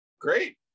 Great